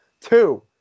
Two